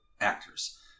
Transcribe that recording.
actors